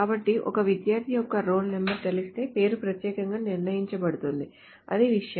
కాబట్టి ఒక విద్యార్థి యొక్క రోల్ నంబర్ తెలిస్తే పేరు ప్రత్యేకంగా నిర్ణయించబడుతుంది అది విషయం